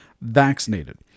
vaccinated